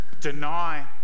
deny